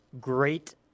great